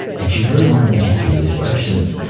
and she really wanted an answer to these questions.